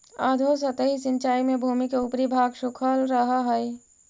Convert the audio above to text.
अधोसतही सिंचाई में भूमि के ऊपरी भाग सूखल रहऽ हइ